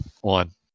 One